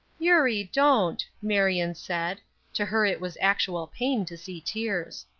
eurie, don't! marion said to her it was actual pain to see tears.